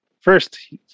first